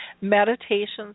Meditations